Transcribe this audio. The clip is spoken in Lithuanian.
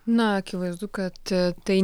na akivaizdu kad tai